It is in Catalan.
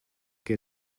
que